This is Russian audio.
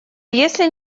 если